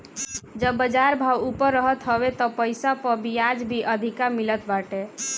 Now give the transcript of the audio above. जब बाजार भाव ऊपर रहत हवे तब पईसा पअ बियाज भी अधिका मिलत बाटे